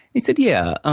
he said, yeah,